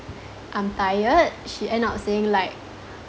I'm tired she end up saying like